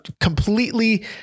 completely